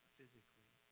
physically